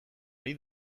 ari